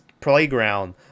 playground